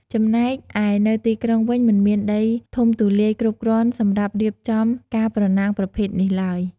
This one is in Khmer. ចំណែកឯនៅទីក្រុងវិញ មិនមានដីធំទូលាយគ្រប់គ្រាន់សម្រាប់រៀបចំការប្រណាំងប្រភេទនេះឡើយ។